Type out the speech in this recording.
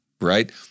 right